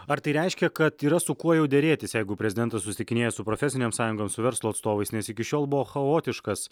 ar tai reiškia kad yra su kuo jau derėtis jeigu prezidentas susitikinėja su profesinėm sąjungom su verslo atstovais nes iki šiol buvo chaotiškas